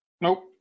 Nope